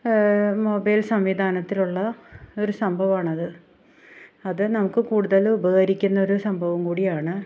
mobile സംവിധാനത്തിലുള്ള ഒരു സംഭവമാണത് അത് നമുക്ക് കൂടുതൽ ഉപകരിക്കുന്ന ഒരു സംഭവം കൂടിയാണ്